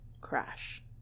crash